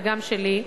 וגם שלי,